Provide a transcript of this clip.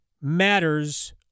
matters